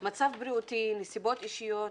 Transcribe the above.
מצב בריאותי, נסיבות אישיות.